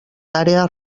àrees